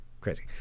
Crazy